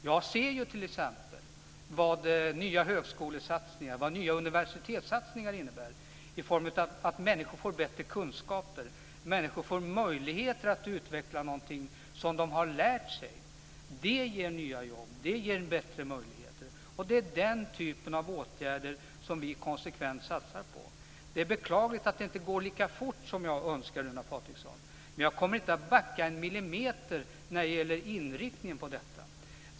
Jag ser t.ex. vad nya högskolesatsningar och nya universitetssatsningar innebär i form av att människor får bättre kunskaper. Människor får möjligheter att utveckla någonting som de har lärt sig. Det ger nya jobb. Det ger bättre möjligheter. Det är den typen av åtgärder som vi konsekvent satsar på. Det är beklagligt att det inte går lika fort som jag önskar, Runar Patriksson. Men jag kommer inte att backa en millimeter när det gäller inriktningen på detta.